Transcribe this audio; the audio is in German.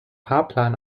fahrplan